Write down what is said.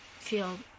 feel